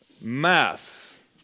Math